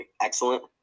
excellent